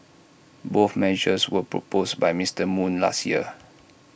both measures were proposed by Mister moon last year